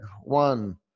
One